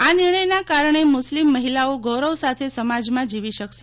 આ નિર્ણયના કારણે મુસ્લિમ મહિલાઓ ગૌરવ સાથે સમાજમાં જીવી શકશે